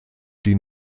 die